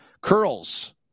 curls